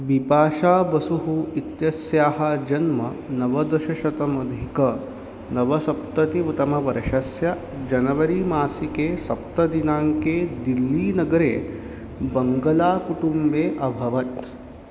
बिपाशाबसुः इत्यस्याः जन्म नवदशशतमधिकनवसप्तति वु तमवर्षस्य जनवरी मासिके सप्तदिनाङ्के दिल्लीनगरे बङ्गलाकुटुम्बे अभवत्